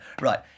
Right